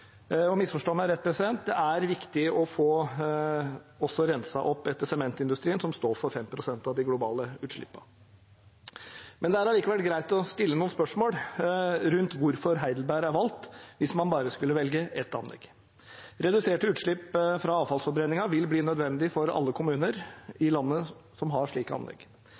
Misforstå meg rett: Det er viktig å få renset opp etter sementindustrien, som står for 5 pst. av de globale utslippene. Det er allikevel greit å stille noen spørsmål rundt hvorfor Heidelberg er valgt, hvis man bare skulle velge ett anlegg. Reduserte utslipp fra avfallsforbrenningen vil bli nødvendig for alle kommuner i landet som har slike anlegg.